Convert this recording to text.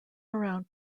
around